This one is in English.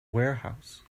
warehouse